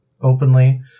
openly